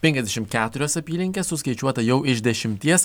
penkiasdešimt keturios apylinkės suskaičiuota jau iš dešimties